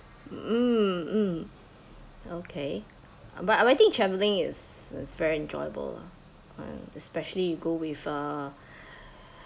mm okay but I think travelling is it's very enjoyable lah um especially you go with uh